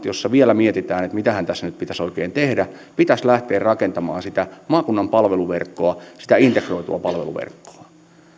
joissa vielä mietitään että mitähän tässä nyt pitäisi oikein tehdä pitäisi lähteä rakentamaan sitä maakunnan palveluverkkoa sitä integroitua palveluverkkoa